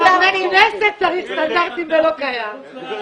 גם לחברי כנסת צריך סטנדרטים וזה לא קיים.